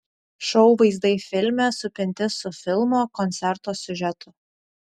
šou vaizdai filme supinti su filmo koncerto siužetu